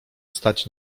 stać